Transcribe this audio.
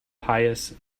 pious